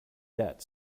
debt